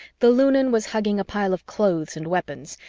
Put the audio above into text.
the lunan was hugging a pile of clothes and weapons.